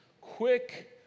quick